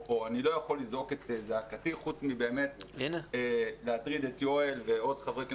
אני לא יכול לזעוק את זעקתי חוץ מבאמת להטריד את יואל ועוד חברי כנסת,